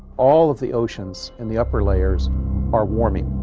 all of the oceans in the upper layers are warming.